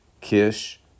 Kish